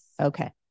Okay